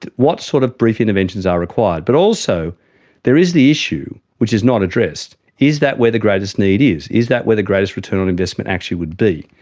what sort of brief interventions are required? but also there is the issue, which is not addressed is that where the greatest need is, is that where the greatest return on investment actually would be?